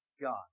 god